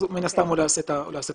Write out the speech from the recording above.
מן הסתם הוא לא יעשה את הפרויקט.